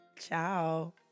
Ciao